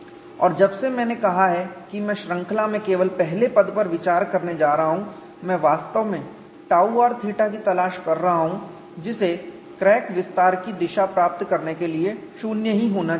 और जब से मैंने कहा है कि मैं श्रृंखला में केवल पहले पद पर विचार करने जा रहा हूं मैं वास्तव में टाउrθ की तलाश कर रहा हूँ जिसे क्रैक विस्तार की दिशा प्राप्त करने के लिए 0 ही होना चाहिए